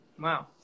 Wow